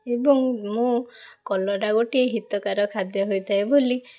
ଏବଂ ମୁଁ କଲରା ଗୋଟିଏ ହିତକର ଖାଦ୍ୟ ହୋଇଥାଏ ବୋଲି